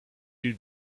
you